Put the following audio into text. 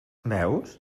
veus